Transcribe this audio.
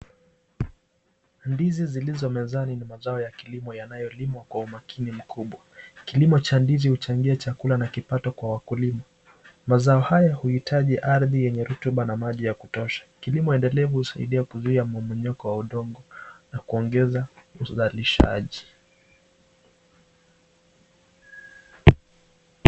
Ndizi zilizo mezani ni mazao ya kilimo yanayo limwa kwa umakini mkubwa, kilimo cha ndizi huchangia chakula na kipato kwa wakulima, mazao haya huhitaji ardhi yenye rotuba na maji ya kutosha, kilimo endelevu husaidia kuzuia mmomonyoko wa udongo na kuongeza uzalishaji.